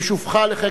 עם שובך לחיק